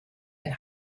ein